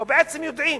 או בעצם יודעים